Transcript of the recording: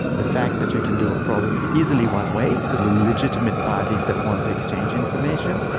the fact that you can do a problem easily one way, so legitimate parties that want to exchange information,